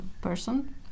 person